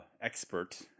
expert